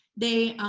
they,